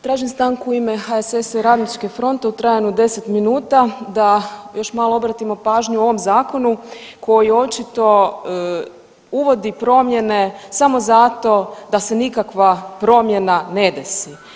Tražim stanku u ime HSS-a i Radničke fronte u trajanju od 10 minuta da još malo obratimo pažnju u ovom zakonu koji očito uvodi promjene samo zato da se nikakva promjena ne desi.